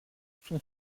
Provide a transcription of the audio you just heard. son